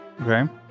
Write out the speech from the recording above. Okay